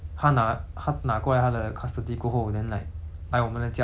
来我们的家住 lah then after that !wah! 她很坏 lor 就是 like